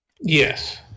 yes